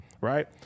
Right